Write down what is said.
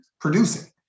producing